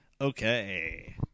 Okay